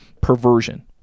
perversion